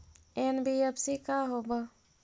NBFC का होब?